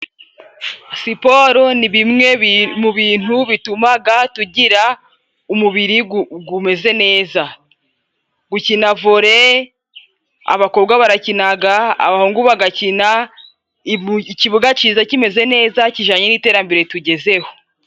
Siporo ni bimwe mu bintu bitumaga, tugira umubiri g'umeze neza. Gukina vore abakobwa barakinaga abahungu bagakina. Ikibuga cyiza kimeze neza kijyanye n'iterambere tugezeho.